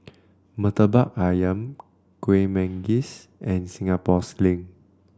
Murtabak ayam Kuih Manggis and Singapore Sling